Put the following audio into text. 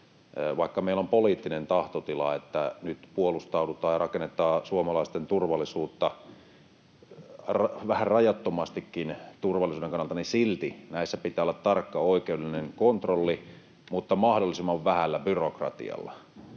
Vaikka meillä on poliittinen tahtotila, että nyt puolustaudutaan ja rakennetaan suomalaisten turvallisuutta — vähän rajattomastikin turvallisuuden kannalta — niin silti näissä pitää olla tarkka oikeudellinen kontrolli, mutta mahdollisimman vähällä byrokratialla.